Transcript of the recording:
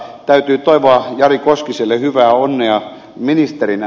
täytyy toivoa jari koskiselle hyvää onnea ministerinä